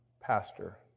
Pastor